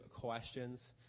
questions